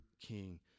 king